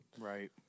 Right